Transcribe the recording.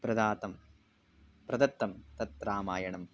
प्रदत्तं प्रदत्तं तत् रामायणं